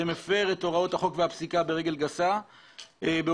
שמפר את הוראות החוק והפסיקה ברגל גסה בהובלת